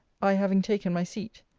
i having taken my seat.